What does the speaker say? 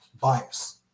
bias